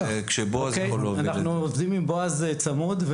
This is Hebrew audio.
אנחנו עובדים עם בועז צמוד,